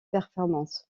performances